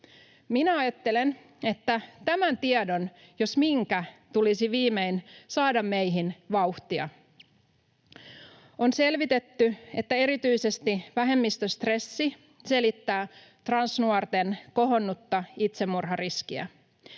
Minä ajattelen, että tämän tiedon, jos minkä, tulisi viimein saada meihin vauhtia. On selvitetty, että erityisesti vähemmistöstressi selittää transnuorten kohonnutta itsemurhariskiä.